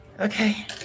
Okay